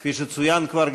כפי שצוין כבר,